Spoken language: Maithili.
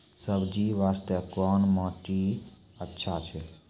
सब्जी बास्ते कोन माटी अचछा छै?